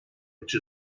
which